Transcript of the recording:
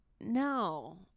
No